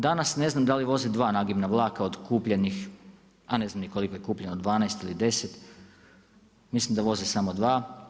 Danas ne znam dal i voze dva nagibna vlakova od kupljenih, a ne znam ni koliko je kupljeno, 12 ili 10, mislim da voze samo dva.